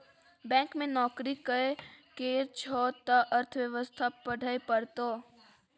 bank मे नौकरी करय केर छौ त अर्थव्यवस्था पढ़हे परतौ